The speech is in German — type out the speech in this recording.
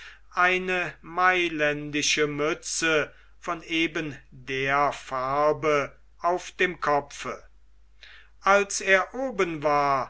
eine mailändische mütze von eben der farbe auf dem kopfe als er oben war